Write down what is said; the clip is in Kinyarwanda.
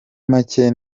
make